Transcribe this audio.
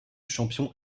champion